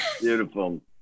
Beautiful